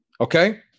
Okay